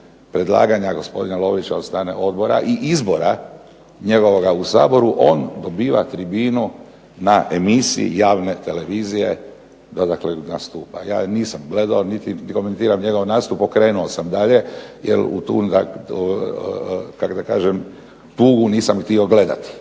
predlaganja gospodina Lovrića od strane odbora, i izbora njegovoga u Saboru, on dobiva tribinu na emisiji javne televizije da dakle nastupa. Ja nisam gledao, niti komentirao njegov nastup, okrenuo sam dalje, jer u tu, kako da